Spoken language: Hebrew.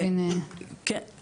כן.